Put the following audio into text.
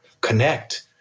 connect